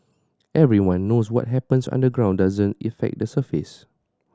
everyone knows what happens underground doesn't effect the surface